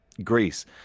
greece